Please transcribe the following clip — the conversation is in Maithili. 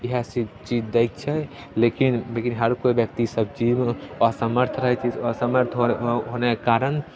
इएह चीज दैके छै लेकिन लेकिन हर कोइ व्यक्ति सब चीजमे असमर्थ रहै छै असमर्थ हो होनेके कारण